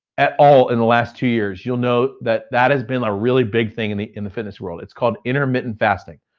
at all in the last two years, you'll know that that has been a really big thing and in the fitness world. it's called intermittent fasting.